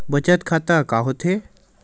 बचत खाता का होथे?